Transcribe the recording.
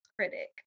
critic